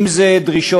אם זה דרישות,